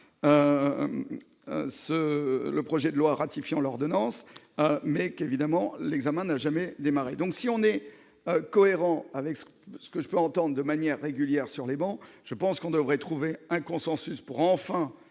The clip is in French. le projet de loi ratifiant l'ordonnance mais qu'évidemment l'examen n'a jamais démarré donc si on est cohérent avec ce ce que je peux, de manière régulière sur les bancs, je pense qu'on devrait trouver un consensus pour enfin